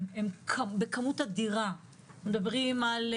או אברבנאל עם איכילוב ודברים מהסוג